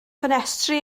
ffenestri